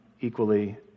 equally